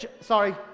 sorry